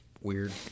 weird